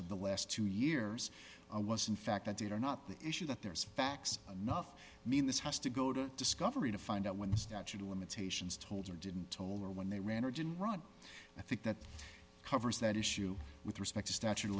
of the last two years i was in fact that they are not the issue that there is facts enough mean this has to go to discovery to find out when the statute of limitations told her didn't told her when they ran or didn't run i think that covers that issue with respect to statute of